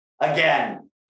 Again